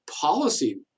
policy